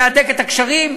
להדק את הקשרים?